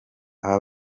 aba